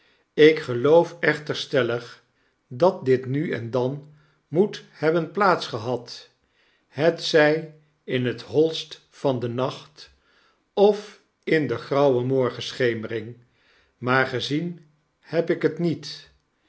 ik geloof echter stellig dat dit nu en dan moet hebben plaats gehad hetzfl in het hoist van den nacht of in de grauwe morg'enschemering maar gezien heb ik het niet